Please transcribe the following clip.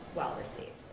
well-received